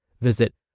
Visit